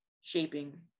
shaping